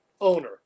owner